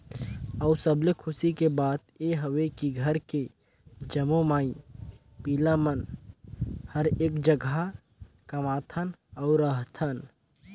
अउ सबले खुसी के बात ये हवे की घर के जम्मो माई पिला मन हर एक जघा कमाथन अउ रहथन